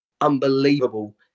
unbelievable